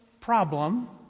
problem